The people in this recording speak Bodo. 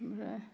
ओमफ्राय